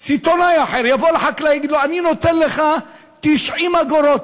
סיטונאי אחר יבוא לחקלאי ויגיד לו: אני נותן לך 90 אגורות,